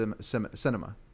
cinema